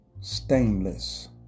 stainless